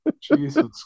Jesus